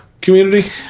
Community